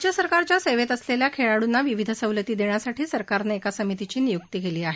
राज्य सरकारच्या सेवेत असलेल्या खेळाडूंना विविध सवलती देण्यासाठी सरकारनं एका समितीची निय्क्ती केली आहे